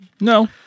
No